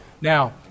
Now